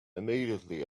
immediately